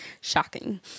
Shocking